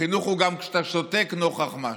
חינוך הוא גם כשאתה שותק נוכח משהו.